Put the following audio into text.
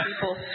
people